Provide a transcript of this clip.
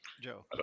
Joe